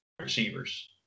receivers